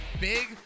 big